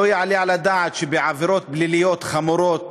לא יעלה על הדעת שבעבירות פליליות חמורות